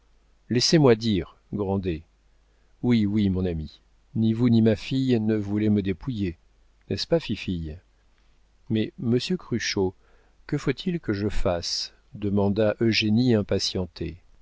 laissez-moi dire grandet oui oui mon ami ni vous ni ma fille ne voulez me dépouiller n'est-ce pas fifille mais monsieur cruchot que faut-il que je fasse demanda eugénie impatientée